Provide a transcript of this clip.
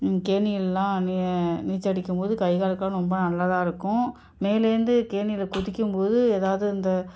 கேணியெல்லாம் நீ நீச்சலடிக்கும்போது கை காலுக்கெலாம் ரொம்ப நல்லதாக இருக்கும் மேலேருந்து கேணியில் குதிக்கும்போது ஏதாவது இந்த